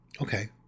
Okay